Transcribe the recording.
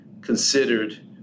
considered